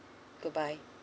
goodbye